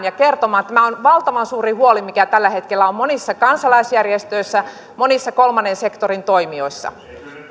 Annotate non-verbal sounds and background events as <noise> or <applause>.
<unintelligible> ja kertomaan tästä tämä on valtavan suuri huoli mikä tällä hetkellä on monissa kansalaisjärjestöissä monissa kolmannen sektorin toimijoissa